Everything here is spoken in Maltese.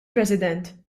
president